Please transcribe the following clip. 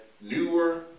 newer